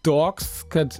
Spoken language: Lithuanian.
toks kad